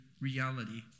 reality